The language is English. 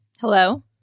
Hello